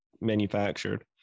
manufactured